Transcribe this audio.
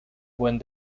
buen